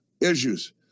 issues